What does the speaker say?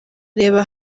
reba